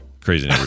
Crazy